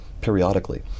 periodically